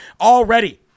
already